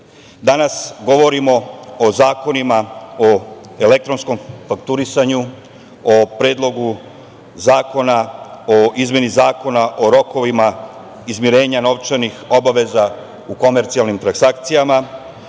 danas govorimo o zakonima o elektronskom fakturisanju, o Predlogu zakona o izmeni Zakona o rokovima izmirenja novčanih obaveza u komercijalnim transakcijama,